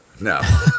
no